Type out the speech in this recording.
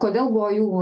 kodėl buvo jų